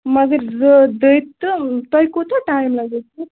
مگر زٕ دٔدۍ تہٕ تۄہہِ کوٗتاہ ٹایِم لگوٕ